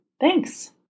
Thanks